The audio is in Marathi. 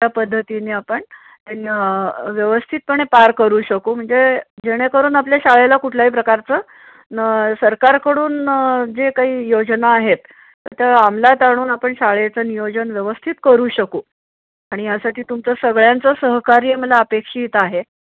त्या पद्धतीने आपण त्यां व्यवस्थितपणे पार करू शकू म्हणजे जेणेकरून आपल्या शाळेला कुठल्याही प्रकारचं न सरकारकडून जे काही योजना आहेत त्या अमलात आणून आपण शाळेचं नियोजन व्यवस्थित करू शकू आणि यासाठी तुमचं सगळ्यांचं सहकार्य मला अपेक्षित आहे